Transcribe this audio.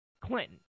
Clinton